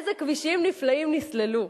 איזה כבישים נפלאים נסללו.